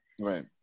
Right